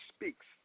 Speaks